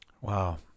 Wow